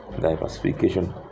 diversification